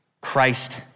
Christ